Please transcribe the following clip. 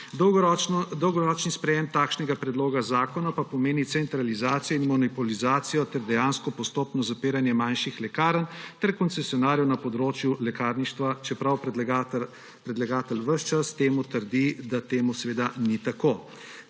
Dolgoročno sprejetje takšnega predloga zakona pa pomeni centralizacijo in monopolizacijo ter dejansko postopno zapiranje manjših lekarn ter koncesionarjev na področju lekarništva, čeprav predlagatelj ves čas trdi, da to ni tako.